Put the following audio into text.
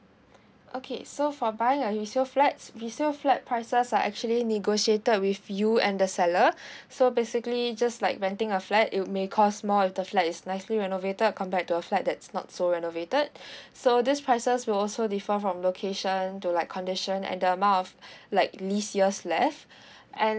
okay so for buying a resale flat resale flat prices are actually negotiated with you and the seller so basically just like renting a flat it may cost more if the flat is nicely renovated compared to a flight that's not so renovated so these prices will also differ from location to like condition and the amount of like lease years left and